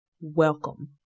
welcome